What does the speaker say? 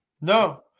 No